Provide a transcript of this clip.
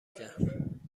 کرد